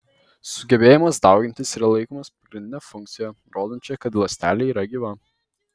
sugebėjimas daugintis yra laikomas pagrindine funkcija rodančia kad ląstelė yra gyva